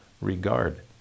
regard